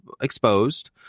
exposed